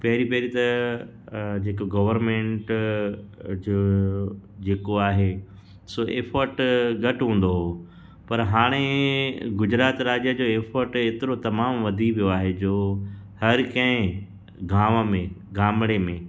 पहिरीं पहिरीं त जेको गवर्मेंट जो जेको आहे सो एफ़र्ट घटि हूंदो हो पर हाणे गुजरात राज्य जो एफ़र्ट एतिरो तमामु वधी वियो आहे जो हर कंहिं गांव में गामड़े में